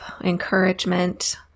encouragement